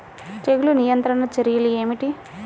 తెగులు నియంత్రణ చర్యలు ఏమిటి?